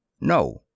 No